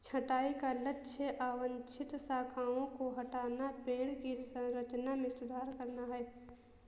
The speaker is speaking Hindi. छंटाई का लक्ष्य अवांछित शाखाओं को हटाना, पेड़ की संरचना में सुधार करना है